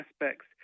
aspects